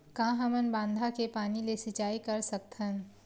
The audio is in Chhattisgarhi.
का हमन बांधा के पानी ले सिंचाई कर सकथन?